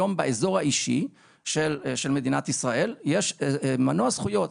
היום באזור האישי של מדינת ישראל יש מנוע זכויות.